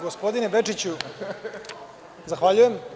Gospodine Bečiću, zahvaljujem.